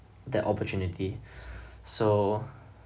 that opportunity so